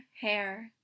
hair